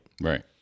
Right